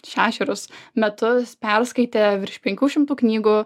šešerius metus perskaitė virš penkių šimtų knygų